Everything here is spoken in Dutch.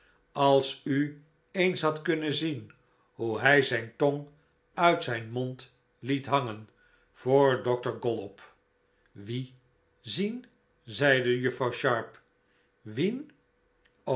als u eens had kunnen zien hoe hij zijn tong uit zijn mond liet hangen voor dokter gollop wie zien zeide juffrouw sharp wien